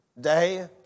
day